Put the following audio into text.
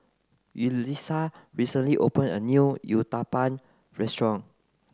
Yulisa recently opened a new Uthapam restaurant